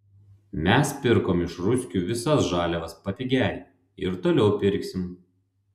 mes pirkom iš ruskių visas žaliavas papigiai ir toliau pirksim